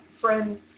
friends